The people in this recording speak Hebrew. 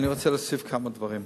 אני רוצה להוסיף כמה דברים: